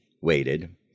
waited